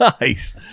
nice